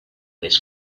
this